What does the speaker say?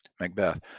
Macbeth